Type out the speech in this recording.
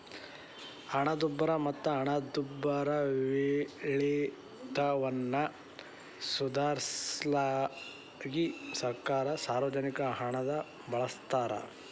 ಹಣದುಬ್ಬರ ಮತ್ತ ಹಣದುಬ್ಬರವಿಳಿತವನ್ನ ಸುಧಾರ್ಸ ಸಲ್ವಾಗಿ ಸರ್ಕಾರ ಸಾರ್ವಜನಿಕರ ಹಣನ ಬಳಸ್ತಾದ